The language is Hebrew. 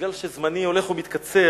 מכיוון שזמני הולך ומתקצר,